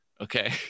Okay